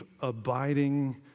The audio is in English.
abiding